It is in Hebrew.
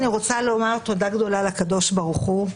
אני רוצה לומר תודה גדולה לקדוש ברוך הוא.